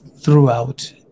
throughout